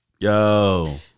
Yo